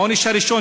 העונש הראשון,